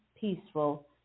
peaceful